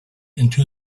into